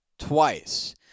Twice